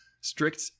Strict